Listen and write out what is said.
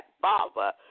Father